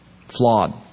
flawed